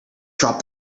drop